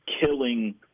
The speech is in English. killing